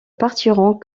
partirons